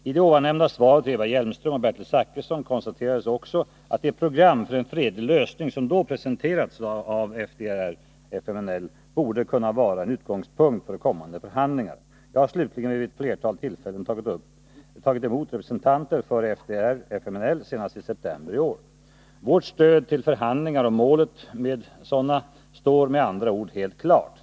I det tidigare nämnda svaret till Eva Hjelmström och Bertil Zachrisson konstaterades också att det program för en fredlig lösning som då presenterats av FDR FMNL, senast i september i år. Vårt stöd till förhandlingar och målet med sådana står med andra ord helt klart.